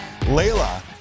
Layla